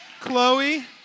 Chloe